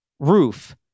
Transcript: roof